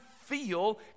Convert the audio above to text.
feel